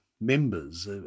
members